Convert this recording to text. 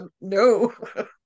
No